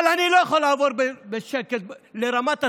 אבל אני לא יכול לעבור בשקט על רמת הצביעות,